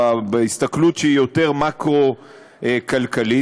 בהסתכלות שהיא יותר מקרו-כלכלית.